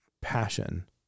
passion